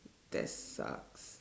that sucks